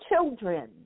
children